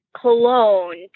cologne